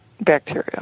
bacteria